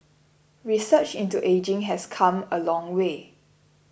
research into ageing has come a long way